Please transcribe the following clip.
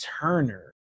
Turner